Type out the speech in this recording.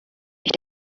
ich